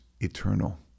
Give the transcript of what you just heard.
eternal